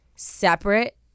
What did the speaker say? Separate